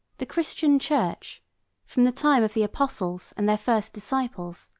the christian church from the time of the apostles and their first disciples,